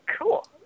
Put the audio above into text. cool